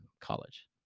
college